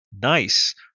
Nice